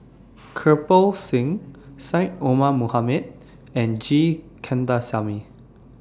Kirpal Singh Syed Omar Mohamed and G Kandasamy